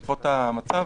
בעקבות המצב,